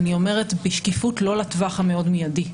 אני אומר בשקיפות שזה לא נמצא בטווח המאוד מידי,